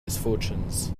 misfortunes